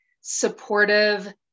supportive